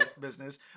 business